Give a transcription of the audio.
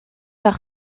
par